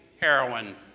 heroin